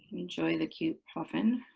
enjoy the cute puffin.